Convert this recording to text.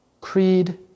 Creed